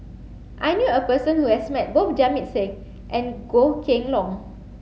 I knew a person who has met both Jamit Singh and Goh Kheng Long